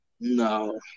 no